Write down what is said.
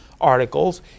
articles